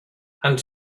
and